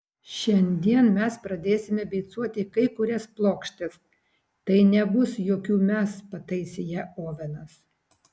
šiandien mes pradėsime beicuoti kai kurias plokštes tai nebus jokių mes pataisė ją ovenas